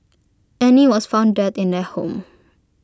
Annie was found dead in their home